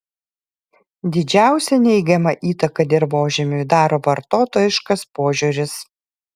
didžiausią neigiamą įtaką dirvožemiui daro vartotojiškas požiūris